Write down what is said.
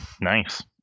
Nice